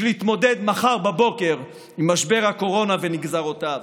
להתמודד מחר בבוקר עם משבר הקורונה ונגזרותיו: